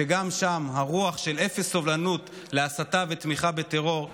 אני מקווה שגם שם תהיה רוח של אפס סובלנות להסתה ותמיכה בטרור.